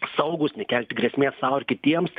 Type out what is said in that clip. saugūs nekelti grėsmės sau ir kitiems